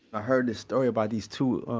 heard this story about these two, ah,